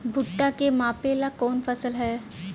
भूट्टा के मापे ला कवन फसल ह?